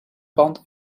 pand